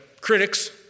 critics